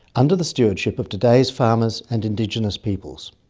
under the stewardship of today's farmers and indigenous peoples.